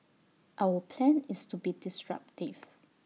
our plan is to be disruptive